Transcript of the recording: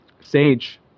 Sage